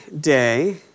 day